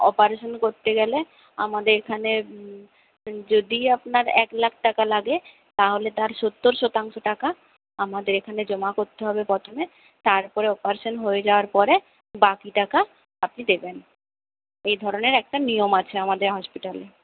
operation করতে গেলে আমাদের এখানে যদি আপনার এক লাখ টাকা লাগে তাহলে তার সত্তর শতাংশ টাকা আমাদের এখানে জমা করতে হবে প্রথমে তারপরে অপারেশন হয়ে যাওয়ার পরে বাকি টাকা আপনি দেবেন এই ধরনের একটা নিয়ম আছে আমাদের হসপিটালে